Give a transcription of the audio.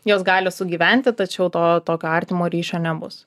jos gali sugyventi tačiau to tokio artimo ryšio nebus